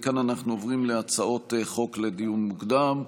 מכאן אנחנו עוברים להצעות חוק לדיון מוקדם,